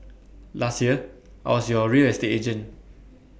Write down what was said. last year I was your real estate agent